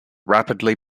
rapidly